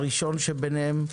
הראשון ביניהם: